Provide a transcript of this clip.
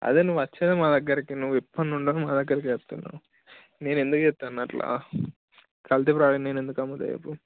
అదే నువ్వచ్చేదే మా దగ్గరకి నువ్వు ఎప్పడి నుండో మా దగ్గరకే వస్తున్నావు నేను ఎందుకు చేస్తా అన్న అట్లా కల్తీ ప్రోడక్ట్ నేను ఎందుకు అమ్ముతా చెప్పు